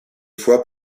fois